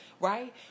right